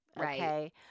okay